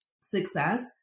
success